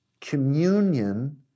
communion